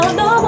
no